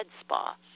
Spa